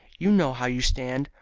you know how you stand.